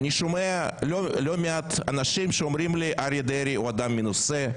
אני שומע לא מעט אנשים שאומרים לי שאריה דרעי הוא אדם מנוסה,